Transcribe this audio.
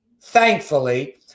thankfully